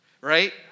right